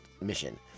mission